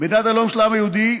מדינת הלאום של העם היהודי.